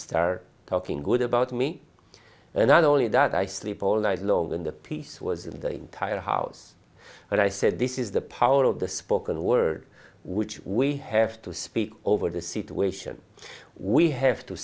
star talking good about me and not only that i sleep all night long and the piece was in the entire house and i said this is the power of the spoken word which we have to speak over the situation we have to